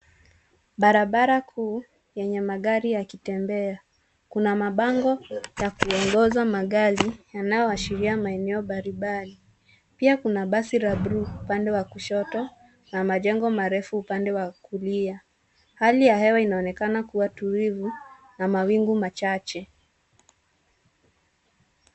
Brabara kuu yenye magari yakitembea. Kuna mabango ya kuongoza magari, yanayoashiria maeneo mbalimbali. Pia kuna basi la buluu upande wa kushoto na majengo marefu upande wa kulia. Hali ya hewa inaonekana kuwa tulivu na mawingu machache.